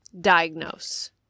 diagnose